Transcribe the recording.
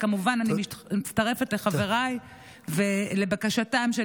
כמובן שאני מצטרפת לחבריי ולבקשתם של